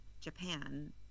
japan